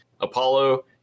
Apollo